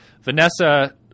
Vanessa